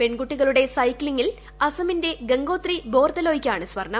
പെൺകുട്ടികളുടെ സൈക്കിളിംഗിൽ അസ്സമിന്റെ ഗംഗോത്രി ബോർദലോയിക്കാണ് സ്വർണ്ണം